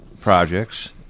projects